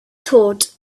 thought